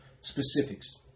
specifics